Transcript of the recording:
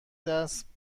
دست